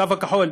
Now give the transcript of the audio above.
הקו הכחול,